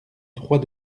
droit